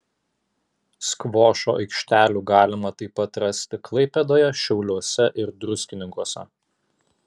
skvošo aikštelių galima taip pat rasti klaipėdoje šiauliuose ir druskininkuose